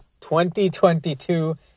2022